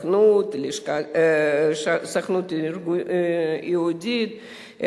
הסוכנות היהודית,